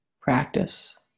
practice